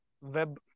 web